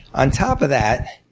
on top of that,